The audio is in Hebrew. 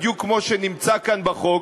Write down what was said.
בדיוק כמו שנמצא כאן בחוק,